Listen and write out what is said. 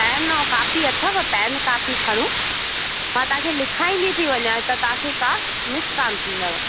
pan और कापी अथव पैन कापी खणो मां तव्हांखे लिखाईंदी वञा त तव्हांखे का मिस कान थींदव